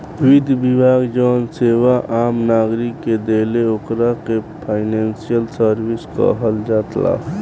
वित्त विभाग जवन सेवा आम नागरिक के देला ओकरा के फाइनेंशियल सर्विस कहल जाला